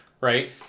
right